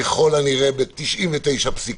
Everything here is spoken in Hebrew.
ככל הנראה, ב-99.9%.